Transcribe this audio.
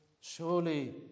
surely